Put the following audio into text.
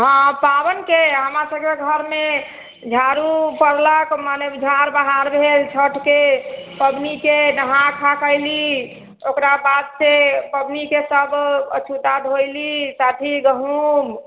हँ पाबनिके हमरा सभकेँ तऽ घरमे झाडू पड़लक मने झाड़ बहार भेल छठके पबनीके नहा खाकऽ ऐली ओकरा बाद से पबनीके सभ अछूता धोइली काफी गहुँम